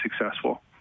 successful